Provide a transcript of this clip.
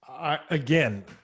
again